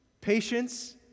patience